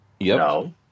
No